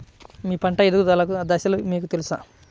మీ పంట ఎదుగుదల దశలు మీకు తెలుసా?